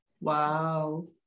Wow